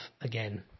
again